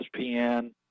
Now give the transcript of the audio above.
ESPN